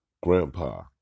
grandpa